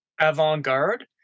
avant-garde